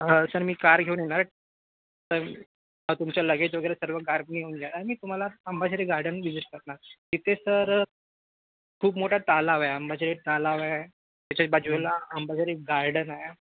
sir मी car घेऊन येणार तर तुमचा लग्गेज वगैरे सर्व कारने घेऊन जाणार मी तुम्हांला अंबाझरी गार्डन व्हीजिट करणार तिथे सर खूप मोठा तलाव आहे अंबाझरी तलाव आहे तिथेच बाजूला अंबाझरी गार्डन आहे